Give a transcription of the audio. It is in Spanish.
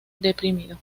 deprimido